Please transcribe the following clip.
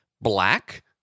black